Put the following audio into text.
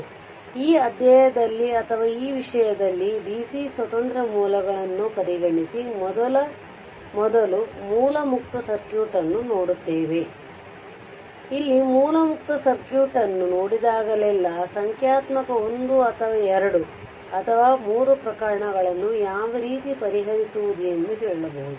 ಆದ್ದರಿಂದ ಈ ಅಧ್ಯಾಯದಲ್ಲಿ ಅಥವಾ ಈ ವಿಷಯದಲ್ಲಿ ಡಿಸಿ ಸ್ವತಂತ್ರ ಮೂಲಗಳನ್ನು ಪರಿಗಣಿಸಿ ಮೊದಲು ಮೂಲ ಮುಕ್ತ ಸರ್ಕ್ಯೂಟ್ ಅನ್ನು ನೋಡುತ್ತೇವೆ ಇಲ್ಲಿ ಮೂಲ ಮುಕ್ತ ಸರ್ಕ್ಯೂಟ್ ಅನ್ನು ನೋಡಿದಾಗಲೆಲ್ಲಾ ಸಂಖ್ಯಾತ್ಮಕ 1 ಅಥವಾ 2 ಅಥವಾ 2 3 ಪ್ರಕರಣಗಳನ್ನು ಯಾವ ರೀತಿ ಪರಿಹರಿಸುವುದು ಎಂದು ಹೇಳುಬಹುದು